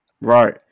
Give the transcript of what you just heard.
Right